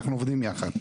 אנחנו עובדים יחד.